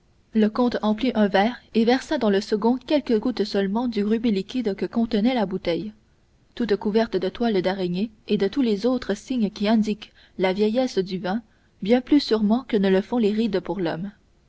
le comte emplit un verre et versa dans le second quelques gouttes seulement du rubis liquide que contenait la bouteille toute couverte de toiles d'araignée et de tous les autres signes qui indiquent la vieillesse du vin bien plus sûrement que ne le font les rides pour l'homme le